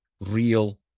real